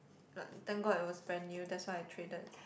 but thank god it was brand new that's why I traded